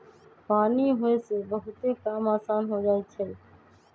पानी होय से बहुते काम असान हो जाई छई